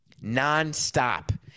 nonstop